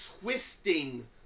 twisting